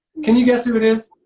can you guess who it is?